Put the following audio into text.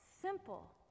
simple